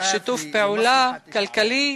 שיתוף פעולה כלכלי,